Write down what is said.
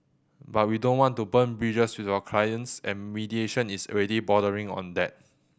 but we don't want to burn bridges with our clients and mediation is already bordering on that